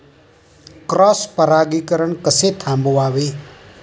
Cross परागीकरण कसे थांबवावे?